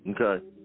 Okay